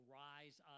rise